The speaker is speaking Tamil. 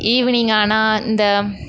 ஈவ்னிங் ஆனால் இந்த